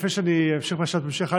לפני שאני אמשיך בשאלת המשך,